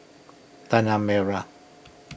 Tanah Merah